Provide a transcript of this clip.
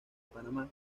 panamá